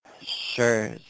Sure